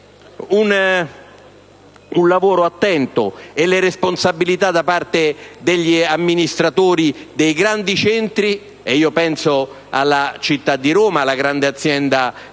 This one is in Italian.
un lavoro attento e responsabile da parte degli amministratori dei grandi centri (penso alla città di Roma, alla grande azienda AMA):